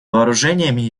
вооружениями